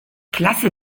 klasse